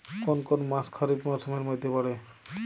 কোন কোন মাস খরিফ মরসুমের মধ্যে পড়ে?